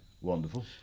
Wonderful